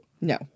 No